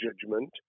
judgment